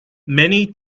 many